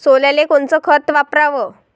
सोल्याले कोनचं खत वापराव?